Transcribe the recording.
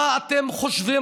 מה אתם חושבים?